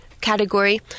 category